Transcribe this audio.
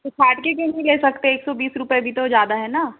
तो साठ के क्यों नहीं ले सकते एक सौ बीस भी तो ज़्यादा है ना